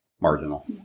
marginal